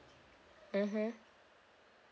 mmhmm